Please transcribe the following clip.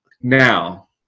Now